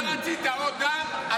אתה רצית עוד דם?